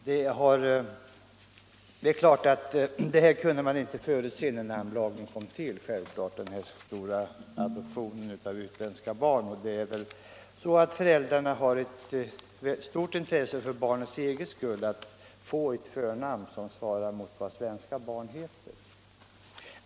Det är klart att när namnlagen kom till kunde man inte förutse den stora adoptionen av utländska barn. Adoptivföräldrarna har naturligtvis för barnets egen skull ett rätt stort intresse av att barnet får ett förnamn som svarar mot vad svenska barn heter.